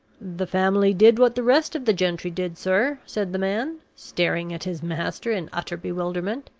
the family did what the rest of the gentry did, sir, said the man, staring at his master in utter bewilderment.